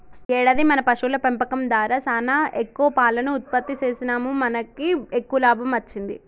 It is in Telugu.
ఈ ఏడాది మన పశువుల పెంపకం దారా సానా ఎక్కువ పాలను ఉత్పత్తి సేసినాముమనకి ఎక్కువ లాభం అచ్చింది